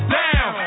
down